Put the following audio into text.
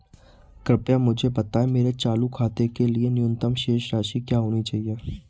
कृपया मुझे बताएं मेरे चालू खाते के लिए न्यूनतम शेष राशि क्या होनी चाहिए?